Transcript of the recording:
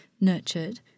nurtured